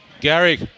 Gary